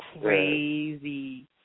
crazy